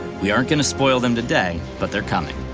we aren't gonna spoil them today, but they're coming.